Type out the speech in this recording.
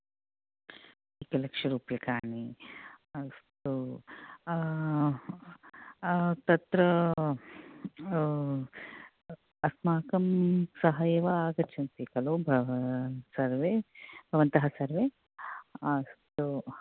एकलक्षरूप्यकाणि अस्तु तत्र अस्माकं सह एव आगच्छन्ति खलु भवान् सर्वे भवन्तः सर्वे अस्तु